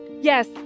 Yes